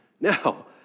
Now